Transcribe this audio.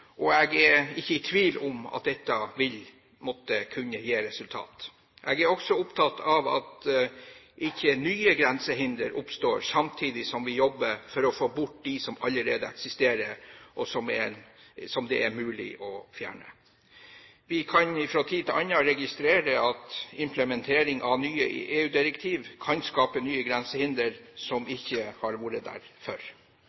og jeg er ikke i tvil om at dette vil måtte gi resultater. Jeg er også opptatt av at ikke nye grensehinder oppstår samtidig som vi jobber for å få bort dem som allerede eksisterer, og som det er mulig å fjerne. Vi kan fra tid til annen registrere at implementering av nye EU-direktiv kan skape nye grensehinder som